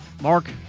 Mark